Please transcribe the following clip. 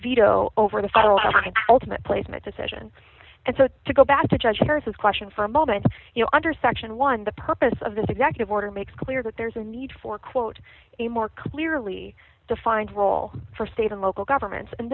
veto over the federal ultimate placement decision and so to go back to judge harris's question for a moment you know under section one the purpose of this executive order makes clear that there's a need for quote a more clearly defined role for state and local governments and